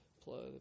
plus